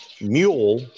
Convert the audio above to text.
Mule